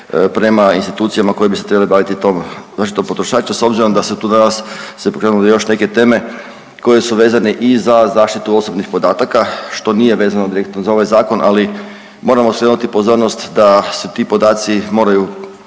prema institucijama koje bi se trebale baviti tom, naročito potrošača s obzirom da se tu, danas su se pokrenule još neke teme koje su vezane i za zaštitu osobnih podataka što nije vezano direktno za ovaj zakon, ali moramo skrenuti pozornost da se ti podaci moraju